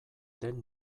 den